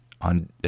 on